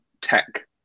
tech